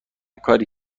کاری